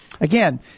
again